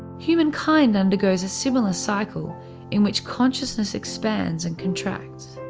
human kind undergoes a similar cycle in which consciousness expands and contracts.